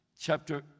Chapter